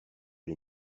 les